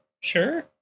sure